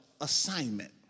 assignment